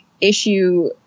issue